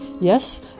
Yes